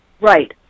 right